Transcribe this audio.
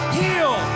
heal